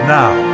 now